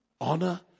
Honor